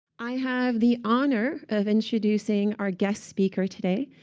i have the honor of introducing our guest speaker today,